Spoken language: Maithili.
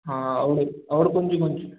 हँ आओर कोन ची कोन ची